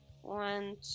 One